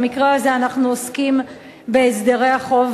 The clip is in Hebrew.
במקרה הזה אנחנו עוסקים בהסדרי החוב